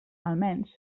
almenys